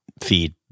feed